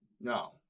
no